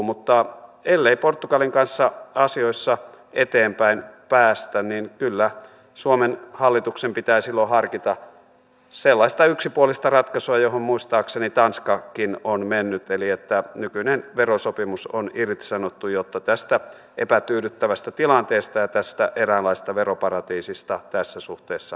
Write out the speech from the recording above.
mutta ellei portugalin kanssa asioissa eteenpäin päästä niin kyllä suomen hallituksen pitää silloin harkita sellaista yksipuolista ratkaisua johon muistaakseni tanskakin on mennyt eli nykyinen verosopimus on irtisanottu jotta tästä epätyydyttävästä tilanteesta ja tästä eräänlaisesta veroparatiisista tässä suhteessa päästään eroon